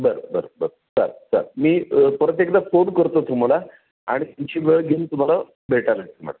बरं बरं बरं चल चल मी परत एकदा फोन करतो तुम्हाला आणि तुमची वेळ घेऊन तुम्हाला भेटायला